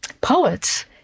poets